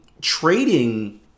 Trading